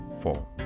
four